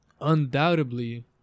undoubtedly